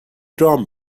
رام